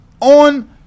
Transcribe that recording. on